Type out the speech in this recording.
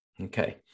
Okay